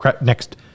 next